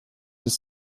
des